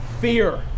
fear